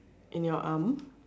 in your arm